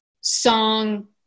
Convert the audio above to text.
song